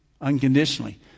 unconditionally